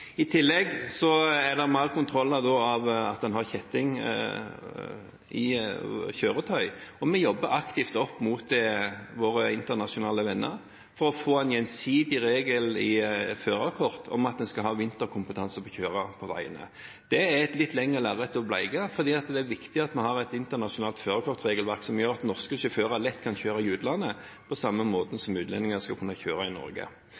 I tillegg er det flere kontroller av at man har kjetting i kjøretøyet. Vi jobber også aktivt opp mot våre internasjonale venner for å få en gjensidig regel i førerkortet om at en skal ha vinterkompetanse for å kjøre på veiene. Det er et litt lengre lerret å bleke. Det er viktig at vi har et internasjonalt førerkortregelverk som gjør at norske sjåfører lett kan kjøre i utlandet, på samme måte som utlendinger skal kunne kjøre i Norge.